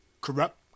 corrupt